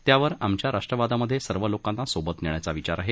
त्यावर आमच्या राष्ट्रवादामध्ये सर्व लोकांना सोबत नेण्याचा विचार आहे